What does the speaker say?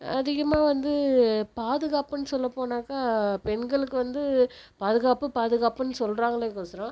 அதிகமாக வந்து பாதுகாப்புன்னு சொல்லப் போனாக்கா பெண்களுக்கு வந்து பாதுகாப்பு பாதுக்காப்புன் சொல்கிறாங்களேக்கொசரம்